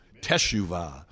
Teshuvah